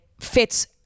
fits